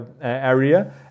area